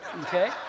Okay